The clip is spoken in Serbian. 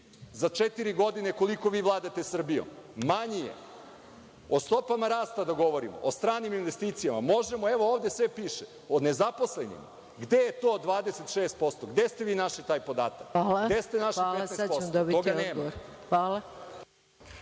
godine koliko vi vladate Srbijom, manji je. O stopama rasta da govorimo, o stranim investicijama, možemo, evo ovde sve piše. O nezaposlenima? Gde je to 26%? Gde ste vi našli taj podatak? Gde ste našli taj podatak